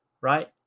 right